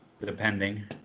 depending